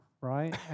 right